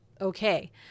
okay